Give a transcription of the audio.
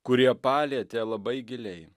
kurie palietė labai giliai